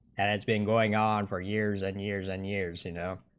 and has been going on for years and years and years you know